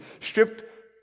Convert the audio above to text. stripped